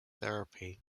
therapy